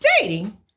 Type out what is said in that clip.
dating